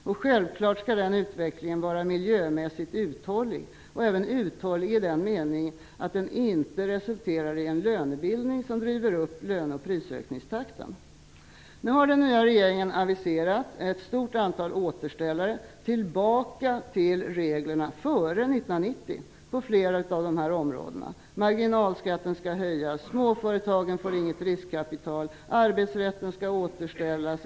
Självklart skall den utvecklingen vara miljömässigt uthållig och även uthållig i den meningen att den inte resulterar i en lönebildning som driver upp löne och prisökningstakten. Nu har den nya regeringen aviserat ett stort antal återställare tillbaka till reglerna före 1990 på flera av de här områdena. Marginalskatten skall höjas. Småföretagen får inget riskkapital. Arbetsrätten skall återställas.